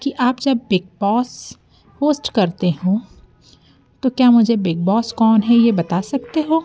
कि आप जब बिग बॉस होस्ट करते हो तो क्या मुझे बिग बॉस कौन है ये बता सकते हो